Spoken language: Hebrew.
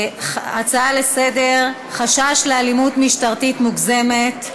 חשש לאלימות משטרתית מוגזמת,